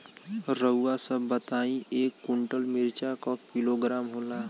रउआ सभ बताई एक कुन्टल मिर्चा क किलोग्राम होला?